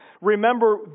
Remember